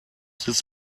this